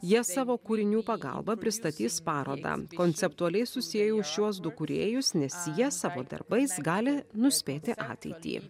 jie savo kūrinių pagalba pristatys parodą konceptualiai susiejau šiuos du kūrėjus nes jie savo darbais gali nuspėti ateitį